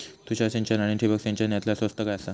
तुषार सिंचन आनी ठिबक सिंचन यातला स्वस्त काय आसा?